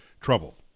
trouble